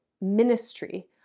ministry